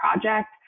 project